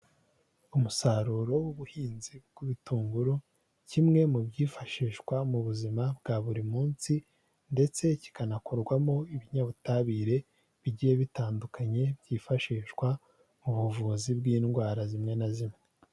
Umusaruro w'ubuhinzi bw'ibitunguru, kimwe mu byifashishwa mu buzima bwa buri munsi ndetse kikanakorwamo ibinyabutabire bigiye bitandukanye byifashishwa mu buvuzi bw'indwara zimwe na zimwe.